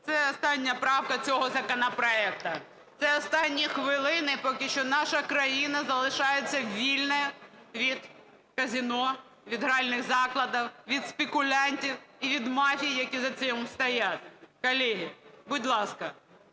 це остання правка цього законопроекту, це останні хвилини поки що наша країна залишається вільна від казино, від гральних закладів, від спекулянтів і від мафій, які за цим стоять. Колеги, будь ласка,